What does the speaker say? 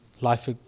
life